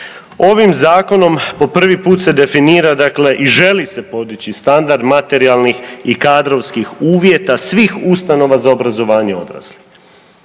Ovim zakonom po prvi put se definira, dakle i želi se podići standard materijalnih i kadrovskih uvjeta svih ustanova za obrazovanje odraslih.